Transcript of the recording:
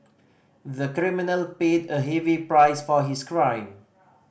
the criminal paid a heavy price for his crime